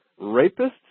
rapists